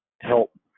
help